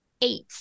eight